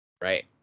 Right